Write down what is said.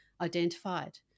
identified